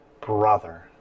brother